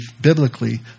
biblically